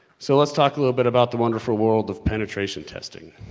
so let's talk a little bit about the wonderful world of penetration testing.